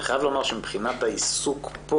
אני חייב לומר שמבחינת העיסוק פה